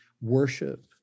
worship